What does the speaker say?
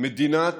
מדינת